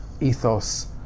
ethos